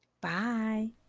Bye